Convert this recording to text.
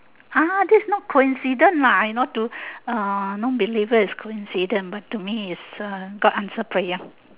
ah this is not coincident lah I know to a non-believer it's coincident but to me is uh god answered prayer